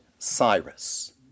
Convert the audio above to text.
Cyrus